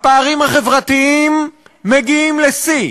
הפערים החברתיים מגיעים לשיא,